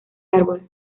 árbol